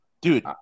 Dude